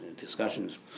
discussions